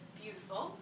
beautiful